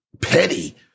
petty